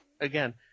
again